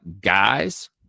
guys